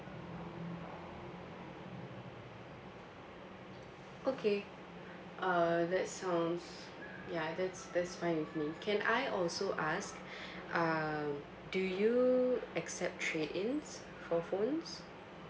okay uh that sounds ya that's that's fine with me can I also ask um do you accept trade-ins for phones